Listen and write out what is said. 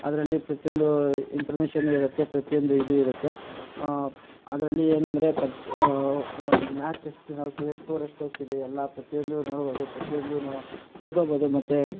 ಅದರಲ್ಲಿ ಪ್ರತಿಯೊಂದು ಇಂಪ್ರುಮೇಷನ್ ಇರುತ್ತೆ ಪ್ರತಿಯೊಂದು ಇದು ಇರುತ್ತೆ ಅದರಲ್ಲಿ ಏನಂದರೆ ಪರ್ಚ್ ಮ್ಯಾಚ್ ಎಷ್ಟು ನಾವು ಸ್ಕೋರ್ ಎಷ್ಟಾಗ್ತಿದೆ ಎಲ್ಲ ಪ್ರತಿಯೊಂದು ನೋಡ್ಬೌದು ಪ್ರತ್ಯೊಂದು ತಿಳ್ಕೊಬೌದು ಮತ್ತು